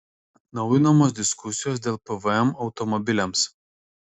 atnaujinamos diskusijos dėl pvm automobiliams